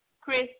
Chris